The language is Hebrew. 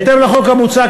בהתאם לחוק המוצע,